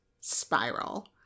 spiral